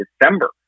December